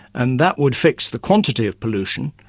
and that would fix the quantity of pollution,